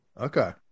Okay